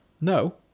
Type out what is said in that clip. No